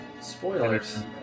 spoilers